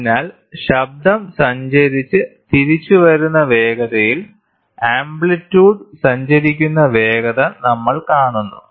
അതിനാൽ ശബ്ദം സഞ്ചരിച്ച് തിരിച്ചു വരുന്ന വേഗതയിൽ ആംപ്ലിറ്റ്യൂഡ് സഞ്ചരിക്കുന്ന വേഗത നമ്മൾ കാണുന്നു